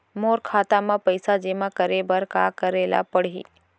मोर खाता म पइसा जेमा करे बर का करे ल पड़ही?